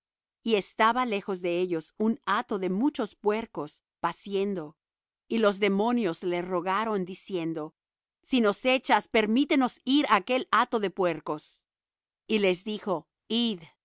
y estaba lejos de ellos un hato de muchos puercos paciendo y los demonios le rogaron diciendo si nos echas permítenos ir á aquel hato de puercos y les dijo id y